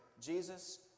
Jesus